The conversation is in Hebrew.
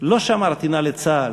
לא שמר טינה לצה"ל,